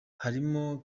harimo